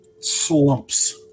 slumps